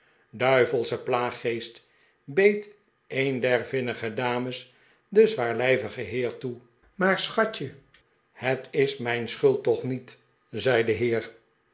duivelsche plaaggeest beet een der vinnige dames den zwaarlijvigen heer toe maar schatje het is mijn schuld toch niet zei de heer